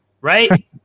Right